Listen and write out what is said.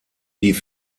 die